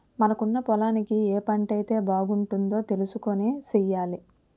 మనకున్న పొలానికి ఏ పంటైతే బాగుంటదో తెలుసుకొని సెయ్యాలి